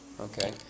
Okay